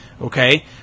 Okay